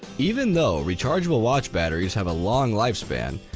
even though rechargeable watch batteries have a long lifespan,